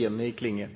Jeg er